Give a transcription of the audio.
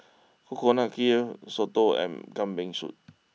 Coconut Kuih Soto and Kambing Soup